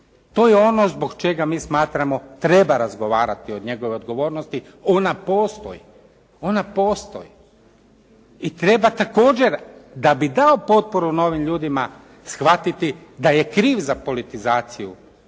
To je ono zbog čega mi smatramo treba razgovarati o njegovoj odgovornosti. Ona postoji. Ona postoji. I treba također da bi dao potporu novim ljudima, shvatiti da je kriv za politizaciju